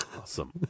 Awesome